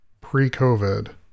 pre-COVID